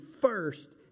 first